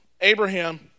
Abraham